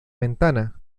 ventana